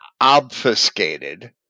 obfuscated